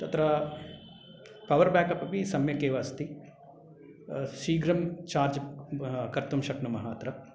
तत्र power backup अपि सम्यकेव अस्ति शीघ्रं चार्ज् कर्तुं शक्नुमः अत्र